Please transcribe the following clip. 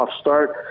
start